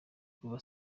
kuva